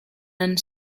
and